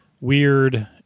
Weird